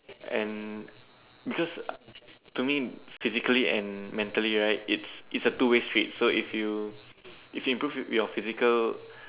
and because to me physically and mentally right its its a two way streak so if you if you improve your physical